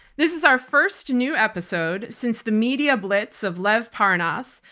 this is our first new episode since the media blitz of lev parnas,